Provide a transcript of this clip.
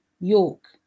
York